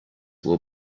will